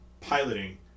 piloting